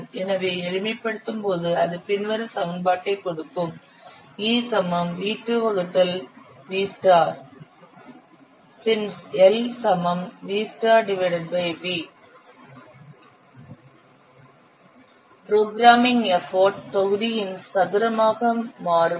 எனவே எளிமைப்படுத்தும்போது அது பின்வரும் சமன்பாட்டை கொடுக்கும் E V2 V Since LV V programming effort தொகுதியின் சதுரமாக மாறுபடும்